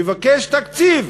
מבקש תקציב.